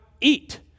eat